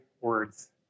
words